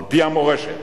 על-פי המורשת,